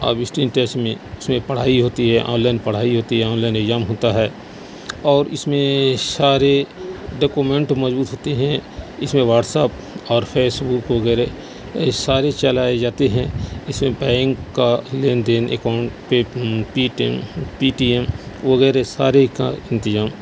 اب اسٹرین ٹیسٹ میں اس میں پڑھائی ہوتی ہے آنلائن پڑھائی ہوتی ہے آنلائن اگجام ہوتا ہے اور اس میں سارے ڈاکومینٹ موجود ہوتے ہیں اس میں واٹسپ اور فیسبک وغیرہ یہ سارے چلائے جاتے ہیں اس میں بینک کا لین دین اکاؤنٹ پے Paytm P T M وغیرہ سارے کا انتظام